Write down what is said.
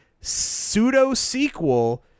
pseudo-sequel